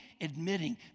admitting